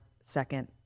second